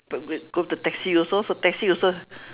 but grab go the taxi also the taxi also